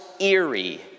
eerie